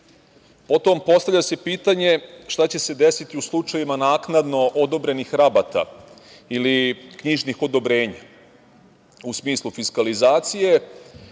postavlja se pitanje šta će se desiti u slučajevima naknadno odobrenih rabata ili knjižnih odobrenja, u smislu fiskalizacije?